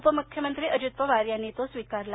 उपमुख्यमंत्री अजित पवार यांनी तो स्वीकारला